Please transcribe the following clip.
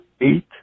eight